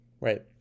Right